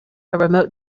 remote